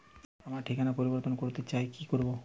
আমার ঠিকানা পরিবর্তন করতে চাই কী করব?